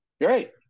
Great